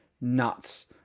nuts